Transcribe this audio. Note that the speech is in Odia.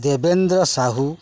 ଦେବେନ୍ଦ୍ର ସାହୁ